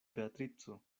beatrico